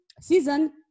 season